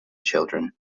children